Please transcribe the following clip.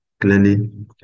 clearly